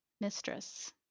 mistress